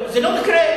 זה לא מקרה,